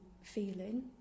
feeling